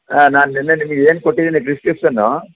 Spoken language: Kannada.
ಹಾಂ ನಾನು ನಿನ್ನೆ ನಿಮಗೆ ಏನು ಕೊಟ್ಟಿದ್ದೀನಿ ಪ್ರಿಕ್ರಿಪ್ಶನ್ನು